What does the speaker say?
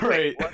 Right